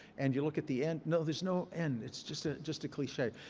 and you look at the end. no, there's no end. it's just ah just a cliche.